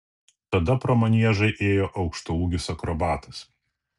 tada pro maniežą ėjo aukštaūgis akrobatas